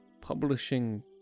publishing